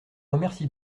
remercie